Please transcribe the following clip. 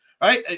right